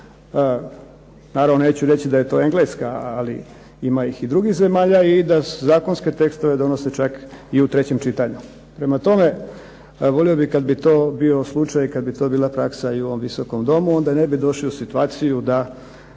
naravno neću reći da je to Engleska, ali ima ih i drugih zemalja, i da zakonske tekstove donose čak i u trećem čitanju. Prema tome, volio bih kad bi to bio slučaj, kad bi to bila praksa i u ovom Visokom domu onda ne bi došli u situaciju da